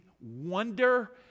wonder